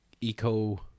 eco